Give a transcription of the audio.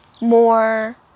more